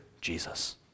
Jesus